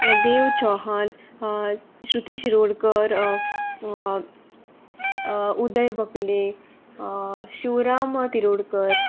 Dev Chauhan Shruti Shirodkar Uday Bakle Shivram Tirodkar